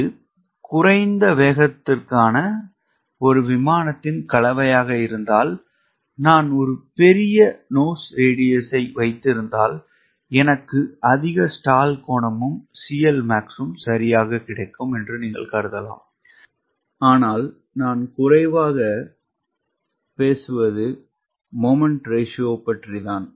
இது குறைந்த வேகத்திற்கான ஒரு விமானத்தின் கலவையாக இருந்தால் நான் ஒரு பெரிய மூக்கு ஆரம் வைத்தால் எனக்கு அதிக ஸ்டால் கோணமும் CL max சரியாக கிடைக்கும் என்று நீங்கள் கருதலாம் ஆனால் நான் இப்போது பேசுவது லோ அஸ்பெக்ட்விகிதம்